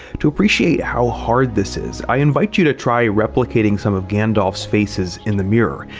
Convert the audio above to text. to appreciate how hard this is, i invite you to try replicating some of gandalf's faces in the mirror.